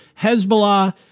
hezbollah